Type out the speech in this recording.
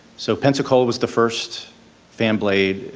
so pensacola was the first fan blade,